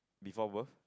before brith